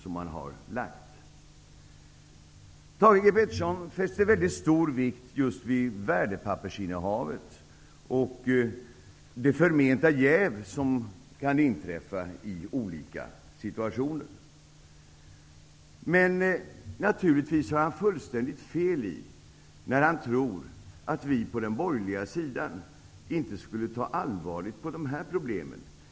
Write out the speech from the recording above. Thage G Peterson fästa stor vikt vid just värdepappersinnehavet och det förmenta jäv som kan inträffa i olika situationer. Men naturligtvis har han fullständigt fel, när han tror att vi på den borgerliga sidan inte skulle ta allvarligt på dessa problem.